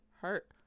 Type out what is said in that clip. hurt